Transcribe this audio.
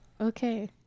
Okay